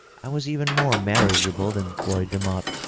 i was even more marriageable than floyd demotte,